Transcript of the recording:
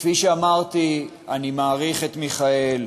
וכפי שאמרתי, אני מעריך את מיכאל.